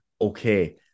okay